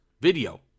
Video